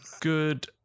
Good